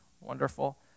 wonderful